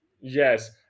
Yes